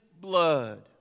blood